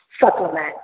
supplement